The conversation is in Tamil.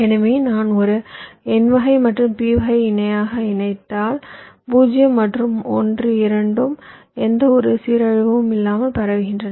எனவே நான் ஒரு n வகை மற்றும் p வகையை இணையாக இணைத்தால் 0 மற்றும் 1 இரண்டும் எந்தவொரு சீரழிவும் இல்லாமல் பரவுகின்றன